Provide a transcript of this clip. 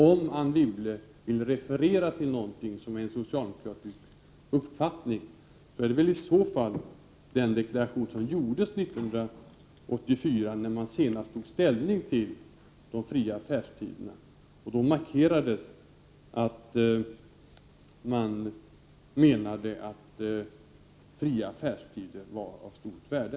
Om Anne Wibble vill referera till något som en socialdemokratisk uppfattning i denna fråga bör det väl vara den deklaration som gjordes 1984, när man senast tog ställning till de fria affärstiderna. Då markerades att man menade att fria affärstider var av stort värde.